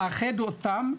לאחד אותם,